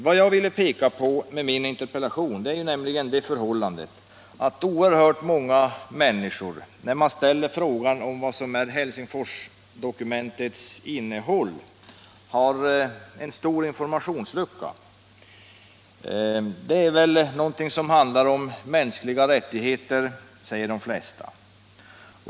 Vad jag ville peka på med min interpellation är det förhållandet, att — Nr 122 när man ställer frågan om Helsingforsdokumentets innehåll, visar det Tisdagen den sig att många människor har en stor informationslucka. Det är väl något 3 maj 1977 som handlar om mänskliga rättigheter, säger de flesta.